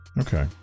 Okay